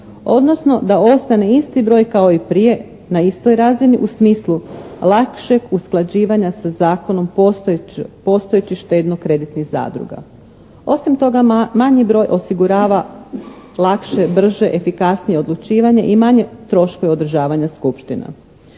odnosno da ostane isti broj kao i prije na istoj razini u smislu lakšeg usklađivanja sa zakonom postojećih štedno-kreditnih zadruga. Osim toga, manji broj osigurava lakše, brže, efikasnije odlučivanje i manje troškove održavanja skupština.